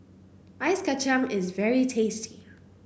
Ice Kacang is very tasty